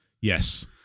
Yes